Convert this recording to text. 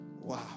Wow